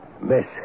Miss